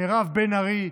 מירב בן ארי,